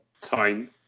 time